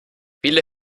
viele